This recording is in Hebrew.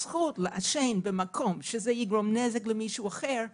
הזכות לעשן במקום שיגרום נזק למישהו אחר,